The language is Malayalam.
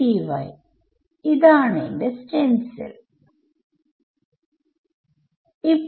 ഗ്രിഡ് പോയ്ന്റ്സ് ഇന്റിജർസ് 1234 i എന്ന് നമ്പർ ചെയ്തിരിക്കുകയാണ്